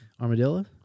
Armadillo